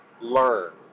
learn